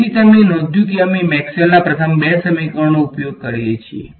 તેથી તમે નોંધ્યું છે કે અમે મેક્સવેલના પ્રથમ બે સમીકરણોનો ઉપયોગ કરીએ છીએ